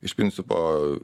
iš principo